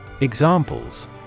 Examples